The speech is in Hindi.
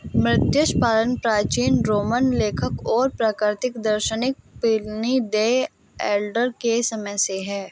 मत्स्य पालन प्राचीन रोमन लेखक और प्राकृतिक दार्शनिक प्लिनी द एल्डर के समय से है